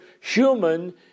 human